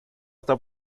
esta